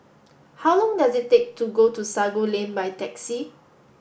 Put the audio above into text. how long does it take to get to Sago Lane by taxi